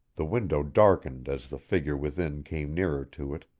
the window darkened as the figure within came nearer to it,